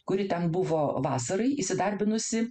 kuri ten buvo vasarai įsidarbinusi